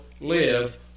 live